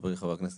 לחבר הכנסת